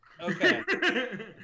Okay